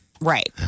Right